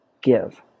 give